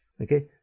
Okay